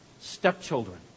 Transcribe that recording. stepchildren